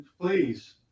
Please